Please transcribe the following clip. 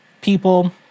people